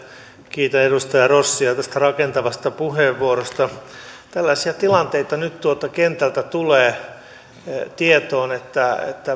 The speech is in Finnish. kiitän edustaja rossia tuosta rakentavasta puheenvuorosta tällaisia tilanteita nyt tuolta kentältä tulee tietoon että